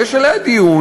ויש עליה דיון,